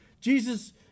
Jesus